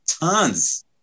tons